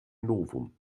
novum